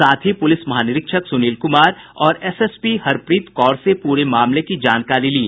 साथ ही पुलिस महानिरीक्षक सुनील कुमार और एसएसपी हरप्रीत कौर से पूरे मामले की जानकारी ली